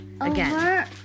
again